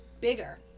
bigger